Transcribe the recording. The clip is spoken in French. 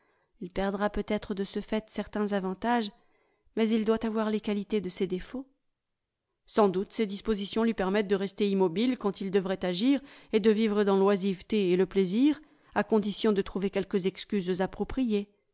il perdra peut-être de ce fait certains avantages mais il doit avoir les qualités de ses défauts sans doute ses dispositions lui permettent de rester immobile quand il devrait agir et de vivre dans l'oisiveté et le plaisir à condition de trouver quelques excuses appropriées